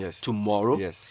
tomorrow